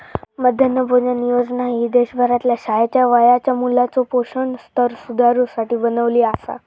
मध्यान्ह भोजन योजना ही देशभरातल्या शाळेच्या वयाच्या मुलाचो पोषण स्तर सुधारुसाठी बनवली आसा